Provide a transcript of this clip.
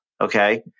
Okay